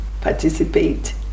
participate